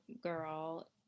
girl